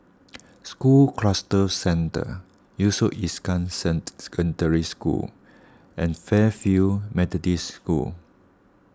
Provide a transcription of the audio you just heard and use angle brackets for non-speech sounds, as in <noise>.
School Cluster Centre Yusof <unintelligible> sent Secondary School and Fairfield Methodist School